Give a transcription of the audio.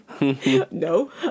no